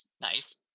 Nice